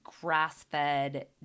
grass-fed